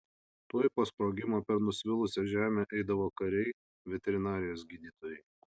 tuoj po sprogimo per nusvilusią žemę eidavo kariai veterinarijos gydytojai